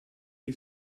che